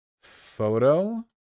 photo